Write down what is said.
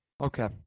Okay